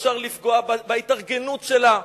אפשר לפגוע בהתארגנות שלה,